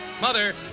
Mother